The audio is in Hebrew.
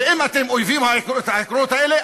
ואם אתם אויבים של העקרונות האלה,